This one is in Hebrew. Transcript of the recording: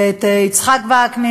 ואת יצחק וקנין,